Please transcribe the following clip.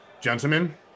gentlemen